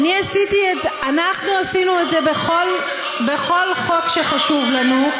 אנחנו עשינו את זה בכל חוק שחשוב לנו,